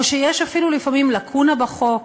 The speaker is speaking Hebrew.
או שיש אפילו לפעמים לקונה בחוק,